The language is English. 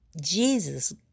Jesus